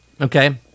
okay